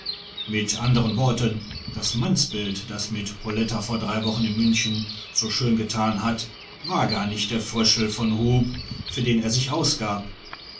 mit anderen worten das mannsbild das mit poletta vor drei wochen in münchen so schön getan hat war gar nicht der fröschel von hub für den er sich ausgab